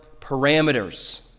parameters